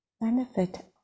benefit